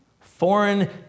foreign